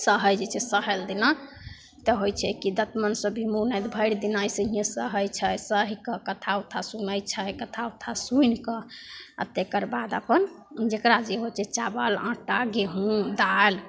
सहै जे छै सहल दिना तऽ होइ छै कि दतमनिसे भी मुँह नहि धो भरिदिन अइसेहिए सहै छै सहिके कथा उथा सुनै छै कथा उथा सुनिके आओर तकर बाद अपन जकरा जे होइ छै चावल आटा गेहूँ दालि